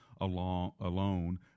alone